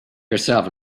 yourself